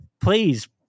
please